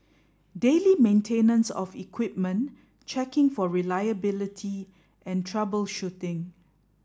daily maintenance of equipment checking for reliability and troubleshooting